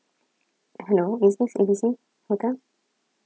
hello is this A B C hotel